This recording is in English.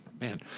Man